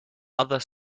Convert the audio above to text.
other